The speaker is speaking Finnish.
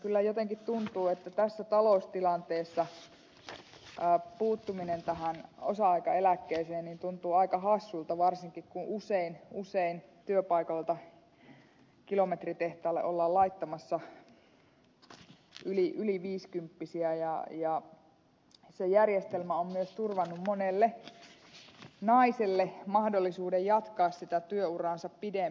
kyllä jotenkin tässä taloustilanteessa puuttuminen osa aikaeläkkeeseen tuntuu aika hassulta varsinkin kun usein työpaikoilta kilometritehtaalle ollaan laittamassa yli viisikymppisiä ja se järjestelmä on myös turvannut monelle naiselle mahdollisuuden jatkaa työuraansa pidempään